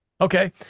Okay